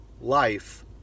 life